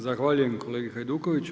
Zahvaljujem kolegi Hajdukoviću.